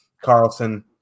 Carlson